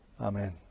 Amen